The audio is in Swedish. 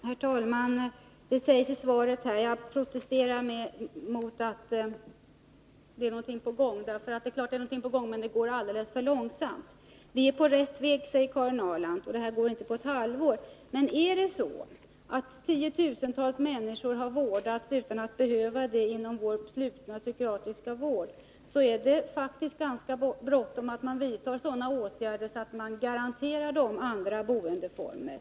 Herr talman! Det sägs i svaret att saker och ting är på gång. Men jag protesterar mot en sådan framställning. Det är klart att det är någonting på gång, men det går alldeles för långsamt. Vi är på rätt väg men det går inte på ett halvår, säger Karin Ahrland. Men om tiotusentals människor har vårdats inom vår slutna psykiatriska vård utan att behöva det, så är det faktiskt ganska bråttom att man vidtar åtgärder som garanterar dem andra boendeformer.